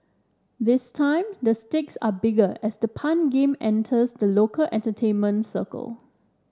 this time the stakes are bigger as the pun game enters the local entertainment circle